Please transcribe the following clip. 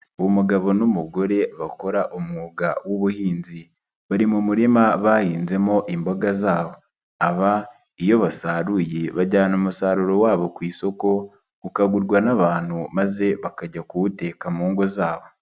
Umugabo n'umugore bakora umwuga w'ubuhinzi bari mu murima bahinzemo imboga zabo, aba iyo basaruye bajyana umusaruro wabo ku isoko, ukagurwa n'abantu maze bakajya kuwuteka mu ngo zabo.